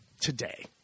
today